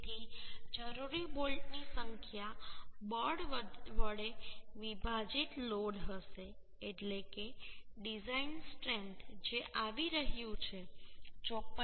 તેથી જરૂરી બોલ્ટની સંખ્યા બળ વડે વિભાજિત લોડ હશે એટલે કે ડિઝાઇન સ્ટ્રેન્થ જે આવી રહ્યું છે 54